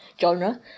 genre